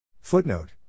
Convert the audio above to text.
Footnote